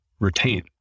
retain